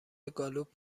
گالوپ